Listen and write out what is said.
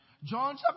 John